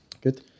Good